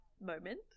moment